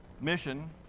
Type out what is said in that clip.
mission